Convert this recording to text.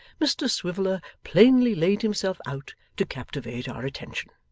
mr swiveller plainly laid himself out to captivate our attention.